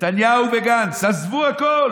נתניהו וגנץ, עזבו הכול,